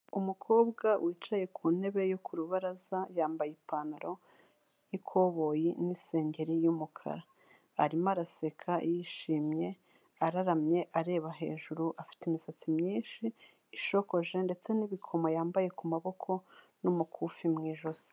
Umukobwa wicaye ku ntebe yo ku rubaraza yambaye ipantaro y'ikoboyi n'isengeri y'umukara, arimo araseka yishimye, araramye areba hejuru, afite imisatsi myinshi ishokoje ndetse n'ibikomo yambaye ku maboko n'umukufi mu ijosi.